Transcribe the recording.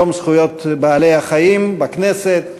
יום זכויות בעלי-החיים בכנסת,